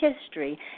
history